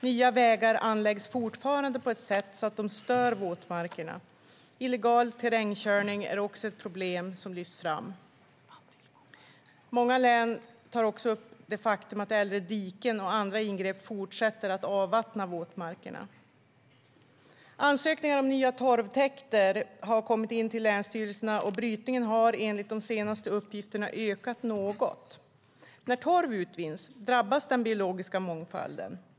Nya vägar anläggs fortfarande på ett sätt att de stör våtmarker. Illegal terrängkörning är ett annat problem som lyfts fram. Många län tar också upp det faktum att äldre diken och andra ingrepp fortsätter att avvattna våtmarkerna. Ansökningar om nya torvtäkter har kommit in till länsstyrelserna, och brytningen har enligt de senaste uppgifterna ökat något. När torv utvinns drabbas den biologiska mångfalden.